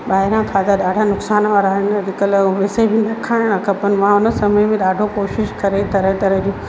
ॿाहिरां खाधा ॾाढा नुक़सान वारा आहिनि अॼुकल्ह उहे वैसे बि न खाइणा खपनि मां उन समय में ॾाढो कोशिशि करे तरह तरह जूं